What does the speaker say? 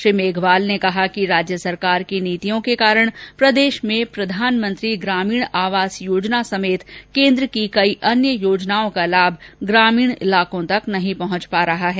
श्री मेघवाल ने कहा कि राज्य सरकार की नीतियों के कारण प्रदेश में प्रधानमंत्री ग्रामीण आवास योजना समेत केन्द्र की कई अन्य योजनाओं का लाभ प्रदेश के ग्रामीण क्षेत्रों में नहीं पहुंच पा रहा है